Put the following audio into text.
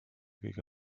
kõige